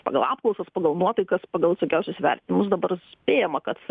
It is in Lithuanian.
pagal apklausas pagal nuotaikas pagal visokiausius vertinimus dabar spėjama kad